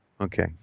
Okay